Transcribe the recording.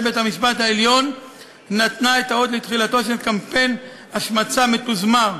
בית-המשפט העליון נתנה את האות לתחילתו של קמפיין השמצה מתוזמר,